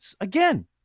again